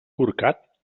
corcat